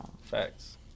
Facts